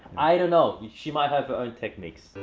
i don't know, she might have her own techniques.